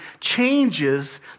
changes